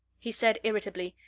he said irritably,